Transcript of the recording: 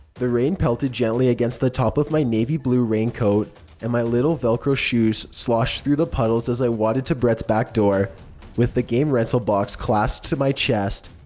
the rain pelted gently against the top of my navy blue raincoat and my little velcro shoes sloshed through puddles as i waded to brett's back door with the game rental box clasped to my chest.